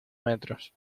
metros